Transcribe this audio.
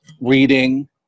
reading